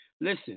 Listen